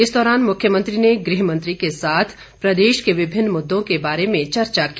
इस दौरान मुख्यमंत्री ने गृहमंत्री के साथ प्रदेश के विभिन्न मुद्दों के बारे में चर्चा की